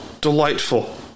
delightful